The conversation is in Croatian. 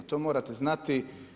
To morate znati.